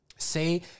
Say